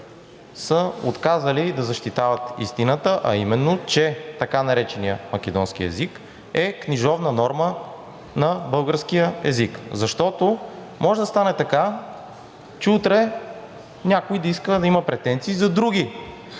са отказали да защитават истината, а именно че така нареченият македонски език е книжовна норма на българския език? Защото може да стане така, че утре някой да има претенции за други